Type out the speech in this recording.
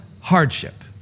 hardship